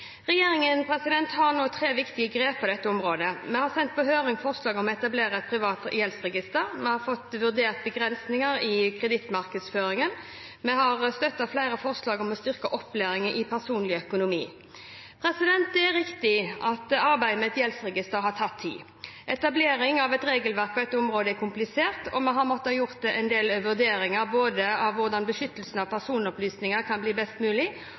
nå tre viktige grep på dette området: Vi har sendt på høring forslag om å etablere et privat gjeldsregister, vi har fått vurdert begrensninger i kredittmarkedsføring, og vi har støttet flere forslag om å styrke opplæring i personlig økonomi. Det er riktig at arbeidet med et gjeldsregister har tatt tid. Etablering av et regelverk på dette området er komplisert. Vi har måttet gjøre vurderinger av både hvordan beskyttelsen av personopplysninger kan bli best mulig,